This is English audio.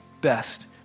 best